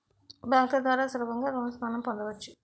బ్యాంకుల ద్వారా సులభంగా లోన్స్ మనం పొందవచ్చు